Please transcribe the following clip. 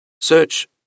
Search